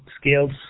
skills